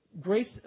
Grace